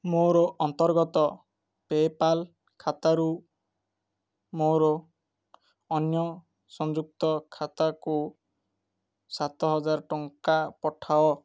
ମୋର ଅନ୍ତର୍ଗତ PayPal ଖାତାରୁ ମୋର ଅନ୍ୟ ସଂଯୁକ୍ତ ଖାତାକୁ ସାତ ହଜାର ଟଙ୍କା ପଠାଅ